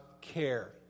care